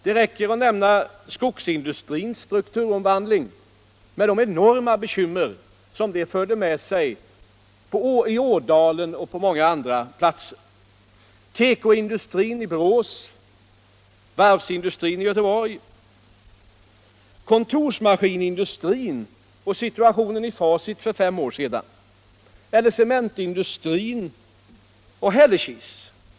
Det räcker att nämna skogsindustrins strukturomvandling, med de enorma bekymmer som den förde med sig i Ådalen och på många andra platser. Andra exempel är tekoindustrin i Borås, varvsindustrin i Göteborg, kontorsmaskinsindustrin och situationen i Facit för fem år sedan och cementindustrin och Hällekis.